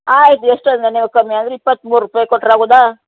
ಆಯ್ತು ಎಷ್ಟು ಅಂದರೆ ನೀವು ಕಮ್ಮಿ ಅಂದ್ರೆ ಇಪ್ಪತ್ಮೂರು ರೂಪಾಯಿ ಕೊಟ್ರೆ ಆಗುತ್ತಾ